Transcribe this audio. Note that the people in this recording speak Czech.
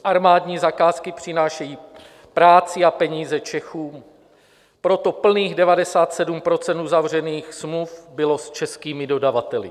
Armádní zakázky přinášejí práci a peníze Čechům, proto plných 97 % uzavřených smluv bylo s českými dodavateli.